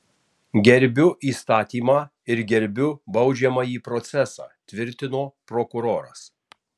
gerbiu įstatymą ir gerbiu baudžiamąjį procesą tvirtino prokuroras